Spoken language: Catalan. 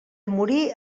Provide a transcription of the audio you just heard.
morir